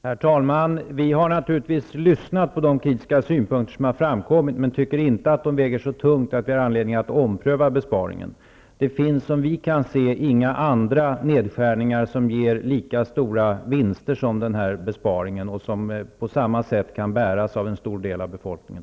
Herr talman! Vi har naturligtvis lyssnat på de kritiska synpunkter som har framkommit, men vi tycker inte att de väger så tungt att vi har anledning att ompröva besparingen. Det finns, såvitt vi kan se, inga andra nedskärningar som kan ge lika stora vinster som denna och som kan bäras lika av en stor del av befolkningen.